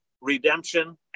redemption